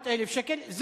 400,000 שקל.